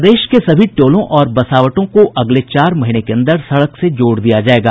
प्रदेश के सभी टोलों और बसावटों को अगले चार महीने के अन्दर सड़क से जोड़ दिया जायेगा